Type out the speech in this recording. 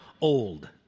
old